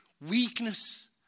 weakness